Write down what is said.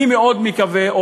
אני מאוד מקווה,